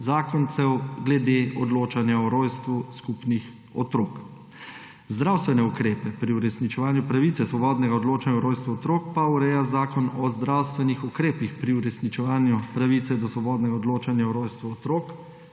zakoncev glede odločanja o rojstvu skupnih otrok. Zdravstvene ukrepe pri uresničevanju pravice svobodnega odločanja o rojstvu otrok pa ureja Zakon o zdravstvenih ukrepih pri uresničevanju pravice do svobodnega odločanja o rojstvu otrok.